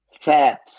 fat